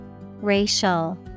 Racial